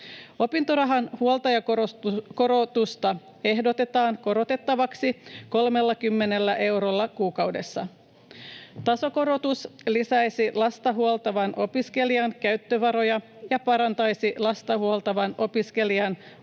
Opintorahan huoltajakorotusta ehdotetaan korotettavaksi 30 eurolla kuukaudessa. Tasokorotus lisäisi lasta huoltavan opiskelijan käyttövaroja ja parantaisi lasta huoltavan opiskelijan